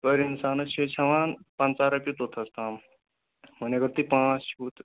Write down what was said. پٔر اِنسانَس چھِ أسۍ ہٮ۪وان پنٛژاہ رۄپیہِ توٚتتھَس تام وۄنۍ اگر تُہۍ پانٛژھ چھُو تہٕ